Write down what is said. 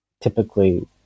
typically